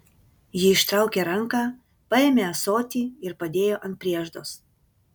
ji ištraukė ranką paėmė ąsotį ir padėjo ant prieždos